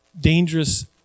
dangerous